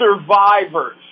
survivors